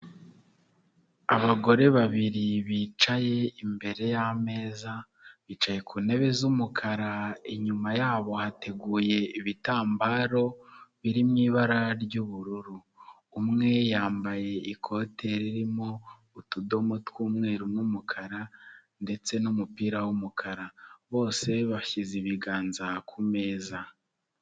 Abagore babiri bicaye imbere yameza, bicaye ku ntebe z'umukara, inyuma yabo hateguye ibitambaro biri mu ibara ry'ubururu, umwe yambaye ikote ririmo utudomo tw'umweru n'umukara ndetse n'umupira w'umukara, bose bashyize ibiganza ku meza.